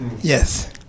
yes